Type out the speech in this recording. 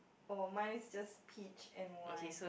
oh mine is just peach and wine